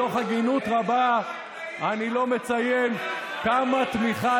מתוך הגינות רבה אני לא מציין כמה תמיכה